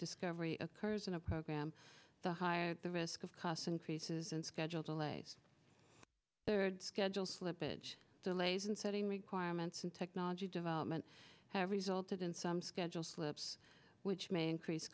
discovery occurs in a program the higher the risk of cost increases and schedule delays the schedule slippage delays and setting requirements and technology development have resulted in some schedule slips which may increase